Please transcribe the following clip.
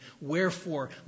Wherefore